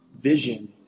vision